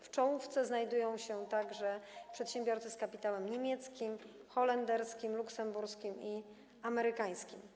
W czołówce znajdują się także przedsiębiorcy z kapitałem niemieckim, holenderskim, luksemburskim i amerykańskim.